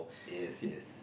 yes yes